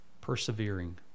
persevering